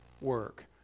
work